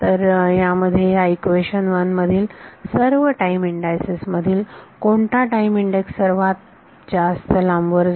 तर यामध्ये या इक्वेशन 1 मधील सर्व टाइम इंडायसेस मधील कोणती टाईम इंडेक्स सर्वात जास्त भविष्य असलेली आहे